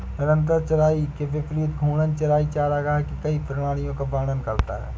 निरंतर चराई के विपरीत घूर्णन चराई चरागाह की कई प्रणालियों का वर्णन करता है